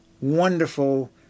wonderful